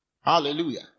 Hallelujah